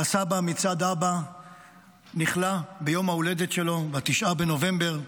והסבא מצד אבא נכלא ביום ההולדת שלו, ב-9 בנובמבר,